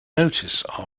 notice